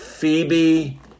Phoebe